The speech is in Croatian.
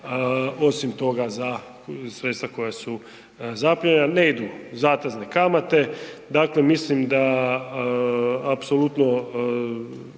osim toga za sredstva koja su zaplijenjena ne idu zatezne kamate, dakle mislim da apsolutno